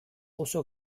oso